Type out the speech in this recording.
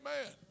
Amen